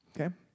Okay